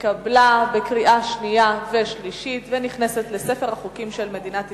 התקבלה בקריאה שנייה ושלישית ונכנסת לספר החוקים של מדינת ישראל.